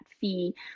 fee